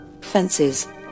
Fences